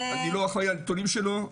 אני לא אחראי על הנתונים שלו,